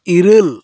ᱤᱨᱟᱹᱞ